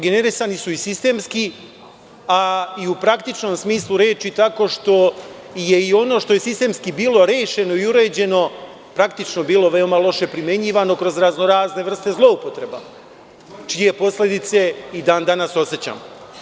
Generisani su sistemski, a i u praktičnom smislu reči, tako što je i ono što je sistemski bilo rešeno i uređeno je praktično bilo veoma loše primenjivano kroz razno razne vrste zloupotreba, čije posledice i dan danas osećamo.